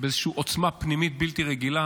באיזושהי עוצמה פנימית בלתי רגילה.